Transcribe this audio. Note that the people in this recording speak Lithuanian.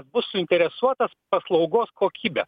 bus suinteresuotas paslaugos kokybe